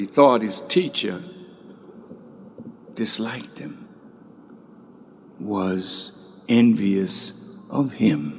he thought his teacher disliked him was envious of him